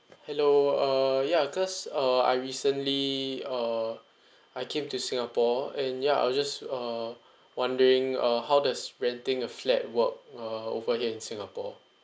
hello uh yeah cause uh I recently uh I came to singapore and yeah I was just uh wondering uh how does renting a flat work uh over here in singapore